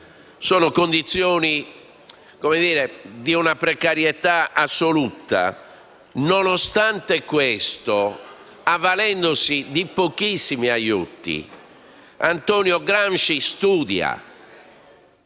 sono di una precarietà assoluta. Nonostante questo, avvalendosi di pochissimi aiuti, Antonio Gramsci studia,